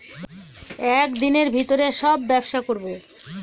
এক দিনের ভিতরে সব ব্যবসা করবো